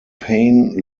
pain